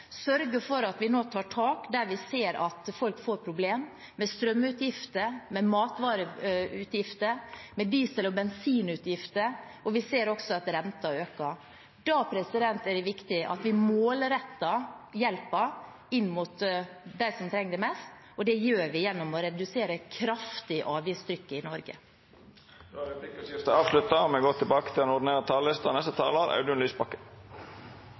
sørge for at vi nå tar tak der vi ser at folk får problemer med strømutgifter, med matvareutgifter, med diesel- og bensinutgifter, og vi ser også at renten øker. Da er det viktig at vi målretter hjelpen inn mot dem som trenger det mest, og det gjør vi gjennom å redusere – kraftig – avgiftstrykket i Norge. Då er replikkordskiftet avslutta. Budsjettavtalen som SV har forhandlet fram med regjeringspartiene, har skapt ny entusiasme. Den